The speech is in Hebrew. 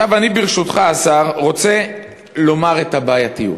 אני, ברשותך, השר, רוצה לומר את הבעייתיות,